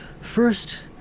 first